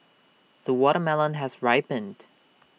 the watermelon has ripened